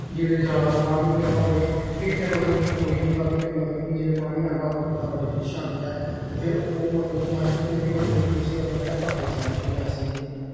जिसलै जादा पानी बगैरा होए फिर ते मतलब कि कोई निं होंदा फिर ते मतलब कि जेल्लै पानी आंदा ते उप्पर दा बड़ी फिश आंदी ऐ ते फिर ओह् मतलब कि अस कुतै बी मतलब कि उसी अपने पकड़ी सकने आं कोई ऐसी